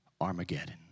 Armageddon